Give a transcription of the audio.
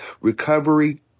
recovery